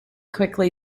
quickly